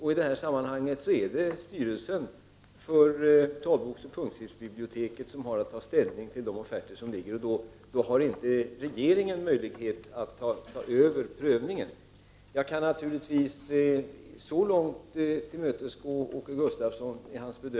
I det här sammanhanget är det styrelsen för talboksoch punktskriftsbiblioteket som har att ta ställning till de offerter som ligger. Regeringen har då inte möjlighet att ta över prövningen.